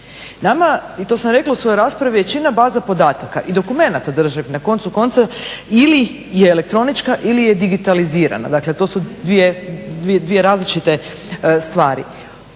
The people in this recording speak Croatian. Nama i to sam rekla u svojoj raspravi većina baza podataka i dokumenata na koncu konca ili je elektronička ili je digitalizirana. Dakle, to su dvije različite stvari.